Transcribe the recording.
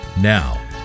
now